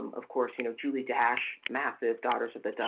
of course, you know, julie dasch, massive daughters at the